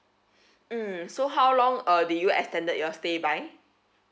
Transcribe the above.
mm so how long uh do you extended that your stay by